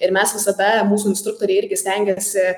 ir mes visada mūsų instruktoriai irgi stengiasi